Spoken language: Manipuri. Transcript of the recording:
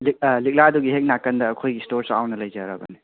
ꯂꯤꯛꯂꯥꯗꯨꯒꯤ ꯍꯦꯛ ꯅꯥꯀꯟꯗ ꯑꯩꯈꯣꯏꯒꯤ ꯏꯁꯇꯣꯔ ꯆꯥꯎꯅ ꯂꯩꯖꯔꯕꯅꯤ